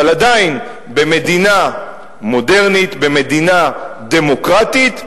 אבל עדיין במדינה מודרנית, במדינה דמוקרטית,